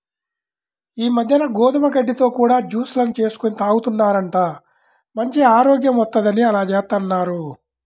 ఈ మద్దెన గోధుమ గడ్డితో కూడా జూస్ లను చేసుకొని తాగుతున్నారంట, మంచి ఆరోగ్యం వత్తందని అలా జేత్తన్నారు